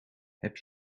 heb